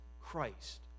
Christ